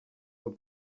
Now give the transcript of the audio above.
for